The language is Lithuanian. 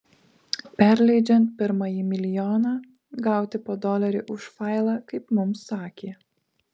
perleidžiant pirmąjį milijoną gauti po dolerį už failą kaip mums sakė